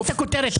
זאת הכותרת.